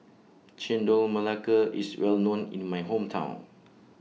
Chendol Melaka IS Well known in My Hometown